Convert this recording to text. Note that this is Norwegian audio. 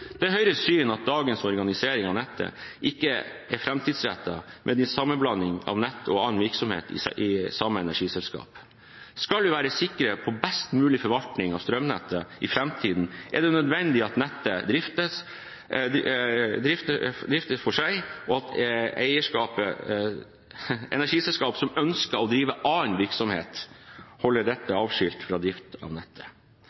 er Høyres syn at dagens organisering av nettet ikke er framtidsrettet, med en sammenblanding av nett og annen virksomhet i samme energiselskap. Skal vi være sikre på best mulig forvaltning av strømnettet i framtiden, er det nødvendig at nettet driftes for seg, og at energiselskap som ønsker å drive med annen virksomhet, holder